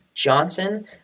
johnson